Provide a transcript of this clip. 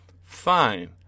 fine